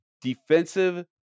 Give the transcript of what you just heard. defensive